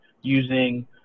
using